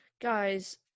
Guys